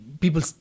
people